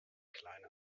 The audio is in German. kleine